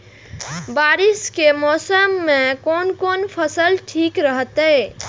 बारिश के मौसम में कोन कोन फसल ठीक रहते?